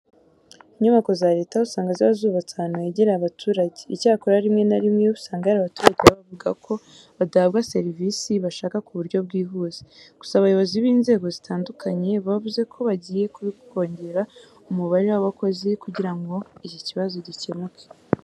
Inyubako za leta usanga ziba zubatse ahantu hegereye abaturage. Icyakora, rimwe na rimwe usanga hari abaturage baba bavuga ko badahabwa serivise bashaka ku buryo bwihuse. Gusa abayobozi b'inzego zitandukanye bavuze ko bagiye kongera umubare w'abakozi kugira ngo iki kibazo gikemuke.